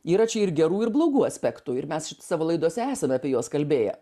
yra čia ir gerų ir blogų aspektų ir mes savo laidose esame apie juos kalbėję